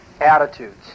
attitudes